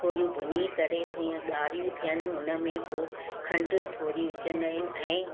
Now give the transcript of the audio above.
थोरियूं भुञी करे जीअं गाढ़ियूं थियनि हुन में पोइ खंडु थोरी विझंदा आहियूं ऐं